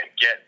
get